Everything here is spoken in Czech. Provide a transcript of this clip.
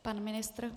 Pan ministr?